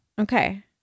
Okay